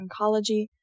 Oncology